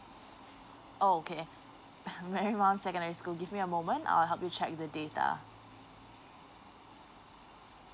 oh okay marymount secondary school give me a moment I'll help you check with the data